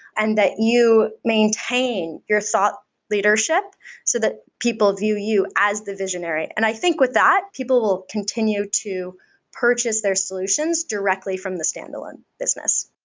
and that you maintain your thought leadership so that people view you as the visionary. and i think with that, people continue to purchase their solutions directly from the standalone business.